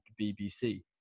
BBC